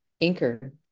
anchor